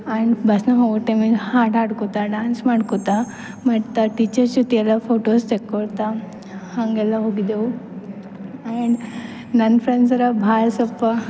and ಬಸ್ನಾಗ ಹೋಗೋ ಟೈಮ್ನಾಗ ಹಾಡಿ ಹಾಡ್ಕೊತಾ ಡ್ಯಾನ್ಸ್ ಮಾಡ್ಕೊತಾ ಮತ್ತು ಟೀಚರ್ಸ್ ಜೊತೆ ಎಲ್ಲ ಫೋಟೋಸ್ ತೆಕ್ಕೊಳ್ತಾ ಹಾಗೆಲ್ಲ ಹೋಗಿದ್ದೆವು ಆ್ಯಂಡ್ ನನ್ನ ಫ್ರೆಂಡ್ಸೆಲ್ಲ ಭಾಳ ಸೊಲ್ಪ